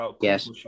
Yes